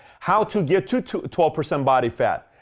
how to get to to twelve percent body fat.